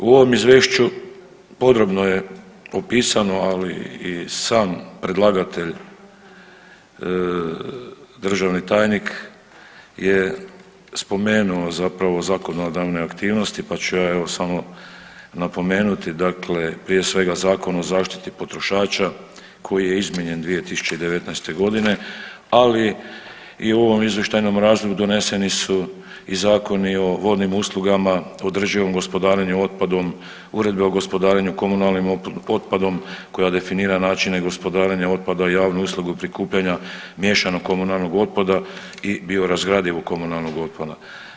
U ovom Izvješću podrobno je upisano, ali i sam predlagatelja, državni tajnik je spomenuo zapravo zakonodavne aktivnosti pa ću ja evo, samo napomenuti, dakle prije svega Zakon o zaštiti potrošača koji je izmijenjen 2019. g., ali i u ovom izvještajnom razdoblju doneseni su i zakoni o vodnim uslugama, održivom gospodarenju otpadom, uredbe o gospodarenju komunalnim otpadom, koja definira načine gospodarenje otpadom javne usluge prikupljanja miješanog komunalnog otpada i biorazgradivog komunalnog otpada.